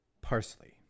parsley